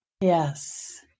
Yes